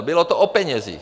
Bylo to o penězích.